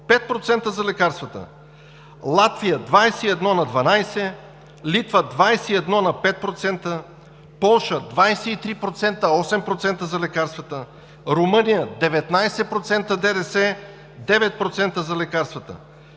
5% за лекарствата; Латвия – 21 на 12; Литва – 21 на 5%; Полша – 23%, 8% за лекарствата; Румъния – 19% ДДС, 9% за лекарствата;